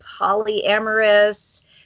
polyamorous